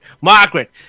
Margaret